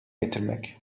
getirmek